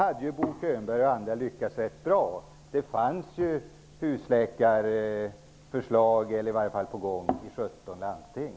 Bo Könberg och andra har lyckats rätt bra. Det fanns ju husläkare på gång i 17 landsting.